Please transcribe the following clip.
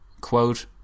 quote